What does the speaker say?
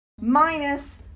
minus